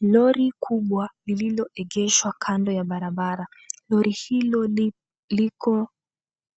Lori kubwa lililoegeshwa kando ya barabara. Lori hilo ni liko